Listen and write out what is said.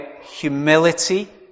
humility